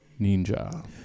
Ninja